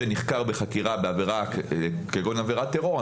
ונחקר בחקירה בעבירה כגון עבירת טרור,